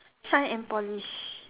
shine and polish